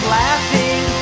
laughing